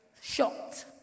shocked